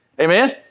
Amen